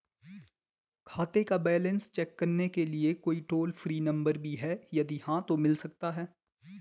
खाते का balance check करने के लिए कोई टॉल फ्री नम्बर भी है यदि हाँ तो मिल सकता है?